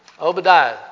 Obadiah